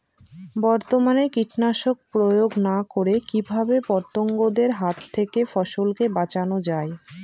বর্তমানে কীটনাশক প্রয়োগ না করে কিভাবে পতঙ্গদের হাত থেকে ফসলকে বাঁচানো যায়?